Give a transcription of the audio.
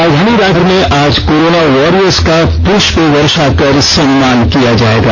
राजधानी रांची में आज कोरोना वारियर्स का पुष्प वर्षा कर सम्मान किया जायेगा